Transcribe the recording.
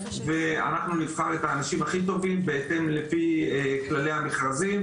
ואנחנו נבחר את האנשים הכי טובים לפי כללי המכרזים,